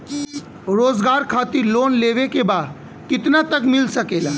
रोजगार खातिर लोन लेवेके बा कितना तक मिल सकेला?